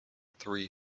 three